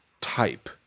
type